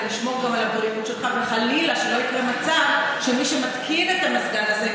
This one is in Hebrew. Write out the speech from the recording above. כדי לשמור על הבריאות שלך וחלילה שלא יקרה מצב שמי שמתקין את המזגן הזה,